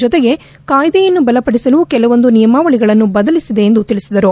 ಜತೆಗೆ ಕಾಯ್ದೆಯನ್ನು ಬಲಪಡಿಸಲು ಕೆಲವೊಂದು ನಿಯಮಾವಳಗಳನ್ನು ಬದಲಿಸಿದೆ ಎಂದು ತಿಳಿಸಿದರು